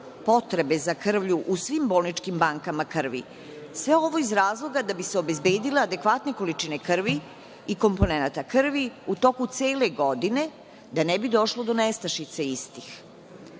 potrebe za krvlju u svim bolničkim bankama krvi, sve ovo iz razloga da bi se obezbedile adekvatne količine krvi i komponenata krvi u toku cele godine, da ne bi došlo do nestašice